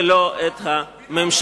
ולא את הממשלה.